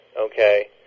okay